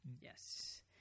Yes